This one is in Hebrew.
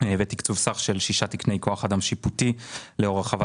ותקצוב סך של 6 תקני כוח אדם שיפוטי לאור הרחבת